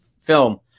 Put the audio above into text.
film